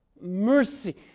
mercy